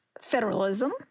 federalism